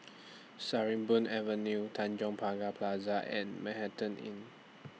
Sarimbun Avenue Tanjong Pagar Plaza and Manhattan Inn